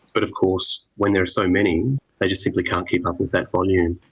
but of course when there are so many they just simply can't keep up with that volume.